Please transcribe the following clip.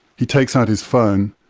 he takes out his phone,